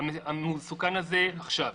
המסוכן הזה עכשיו.